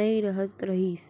नइ रहत रहिस